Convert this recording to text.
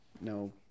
no